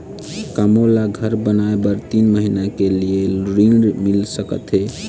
का मोला घर बनाए बर तीन महीना के लिए ऋण मिल सकत हे?